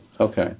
Okay